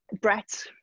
Brett